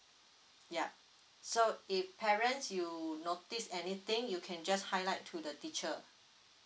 yup so if parents you notice anything you can just highlight to the teacher